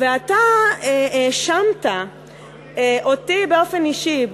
ואתה האשמת אותי באופן אישי,